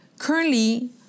Currently